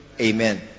Amen